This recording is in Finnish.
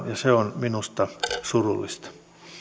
ja se on minusta surullista